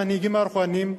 המנהיגים הרוחניים,